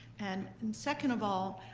and and second of all,